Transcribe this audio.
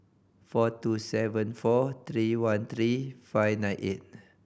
four two seven four three one three five nine eight